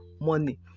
money